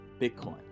Bitcoin